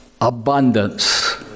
abundance